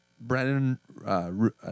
Brandon